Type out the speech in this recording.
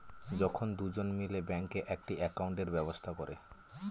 যখন দুজন মিলে ব্যাঙ্কে একটি একাউন্টের ব্যবস্থা করে